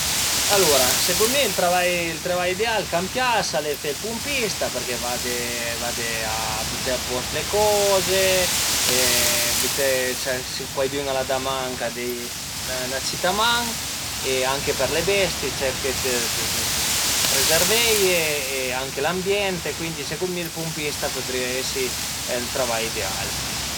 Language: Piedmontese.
Secund mi ël travai ël travai ideal ch'a më pias al e fe ël pumpista përché vade vade a büté a post le coze e büté si cuaidün al a da manca deie 'na cita man e anche për le bestie cerche dë prezerveie e anche dë l'ambiente, cuindi secund mi ël pumpista a pudrìa esi ël travai ideal